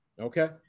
Okay